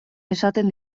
esaten